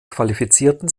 qualifizierten